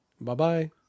bye-bye